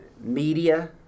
media